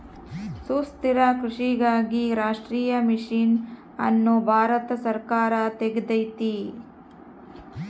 ಸುಸ್ಥಿರ ಕೃಷಿಗಾಗಿ ರಾಷ್ಟ್ರೀಯ ಮಿಷನ್ ಅನ್ನು ಭಾರತ ಸರ್ಕಾರ ತೆಗ್ದೈತೀ